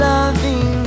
Loving